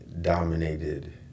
dominated